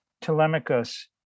Telemachus